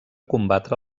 combatre